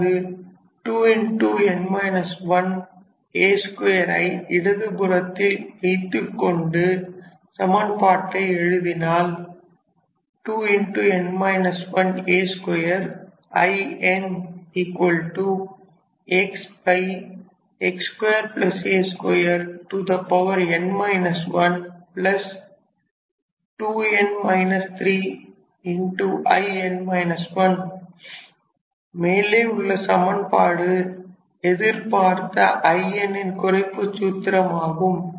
அதாவது 2a2 ஐ இடதுபுறத்தில் வைத்துக்கொண்டு சமன்பாட்டை எழுதினால் 2a2 Inxx2 a2 n 1 In 1 மேலே உள்ள சமன்பாடு எதிர்ப்பார்த்த In ன் குறைப்புச் சூத்திரம் ஆகும்